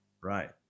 right